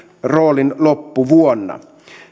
roolin loppuvuonna